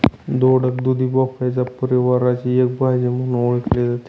दोडक, दुधी भोपळ्याच्या परिवाराची एक भाजी म्हणून ओळखली जाते